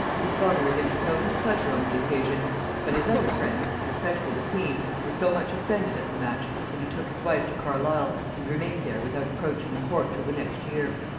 his father evinced no displeasure on the occasion but his other friends, and especially the queen, were so much offended at the match, that he took his wife to carlisle and remained there without approaching the court till the next year.